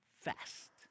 fast